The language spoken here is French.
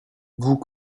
vous